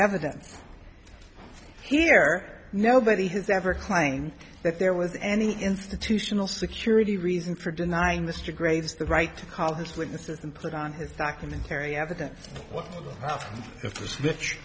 evidence here nobody has ever claimed that there was any institutional security reason for denying mr graves the right to call his witnesses and put on his documentary evidence wh